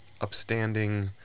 upstanding